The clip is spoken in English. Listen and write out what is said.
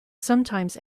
sometimes